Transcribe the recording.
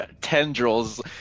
Tendrils